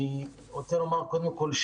אני רוצה לומר, קודם כול,